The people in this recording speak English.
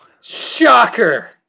Shocker